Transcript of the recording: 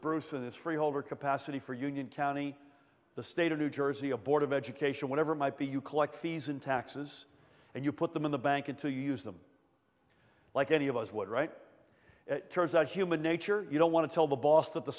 bruce's freeholder capacity for union county the state of new jersey a board of education whatever might be you collect fees in taxes and you put them in the bank and to use them like any of us would write it turns out human nature you don't want to tell the boss